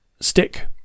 stick